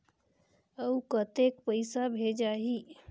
अउ कतेक पइसा भेजाही?